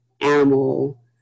animal